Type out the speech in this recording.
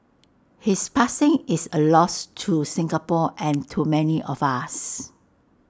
his passing is A loss to Singapore and to many of us